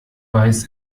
weiß